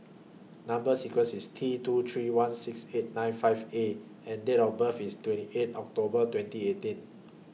Number sequence IS T two three one six eight nine five A and Date of birth IS twenty eight October twenty eighteen